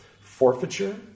forfeiture